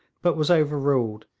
but was overruled,